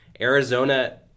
Arizona